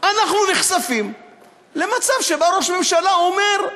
אנחנו נחשפים למצב שבו ראש ממשלה אומר,